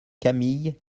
camille